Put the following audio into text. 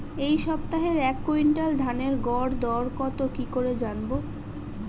এই সপ্তাহের এক কুইন্টাল ধানের গর দর কত কি করে জানবো?